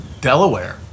Delaware